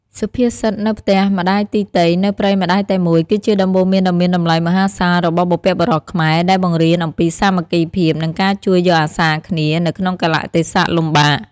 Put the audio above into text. សុភាសិត «នៅផ្ទះម្ដាយទីទៃ នៅព្រៃម្ដាយតែមួយ» គឺជាដំបូន្មានដ៏មានតម្លៃមហាសាលរបស់បុព្វបុរសខ្មែរ ដែលបង្រៀនអំពីសាមគ្គីភាព និងការជួយយកអាសាគ្នានៅក្នុងកាលៈទេសៈលំបាក។